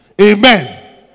Amen